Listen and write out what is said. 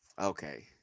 Okay